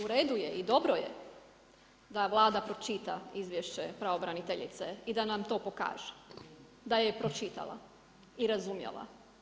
U redu je i dobro je da Vlada pročita izvješće pravobraniteljice i da nam to pokaže da je pročitala i razumjela.